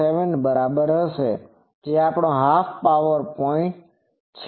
707 બરાબર છે જે આપણો હાફ પાવર પોઇન્ટ છે